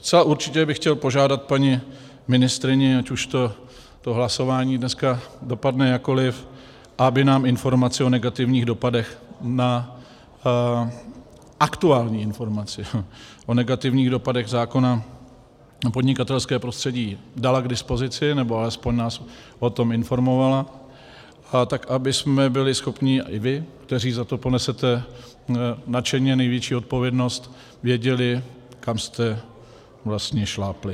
Zcela určitě bych chtěl požádat paní ministryni, ať už to hlasování dneska dopadne jakkoliv, aby nám informaci o negativních dopadech aktuální informaci o negativních dopadech zákona o podnikatelském prostředí dala k dispozici, nebo alespoň nás o tom informovala, tak abychom byli schopni, i vy, kteří za to ponesete nadšeně největší odpovědnost, věděli, kam jste vlastně šlápli.